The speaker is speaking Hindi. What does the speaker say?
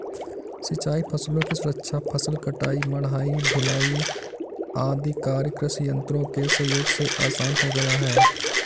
सिंचाई फसलों की सुरक्षा, फसल कटाई, मढ़ाई, ढुलाई आदि कार्य कृषि यन्त्रों के सहयोग से आसान हो गया है